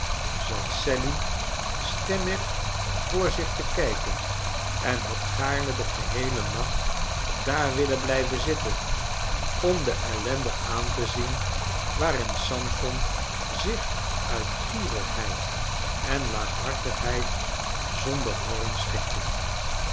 zat sally stemmig voor zich te kijken en had gaarne den geheelen nacht daar willen blijven zitten om de ellende aan te zien waarin sampson zich uit gierigheid en laaghartigheid zonder morren schikte